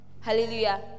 Hallelujah